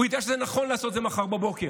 הוא יודע שזה נכון לעשות את זה מחר בבוקר,